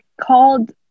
called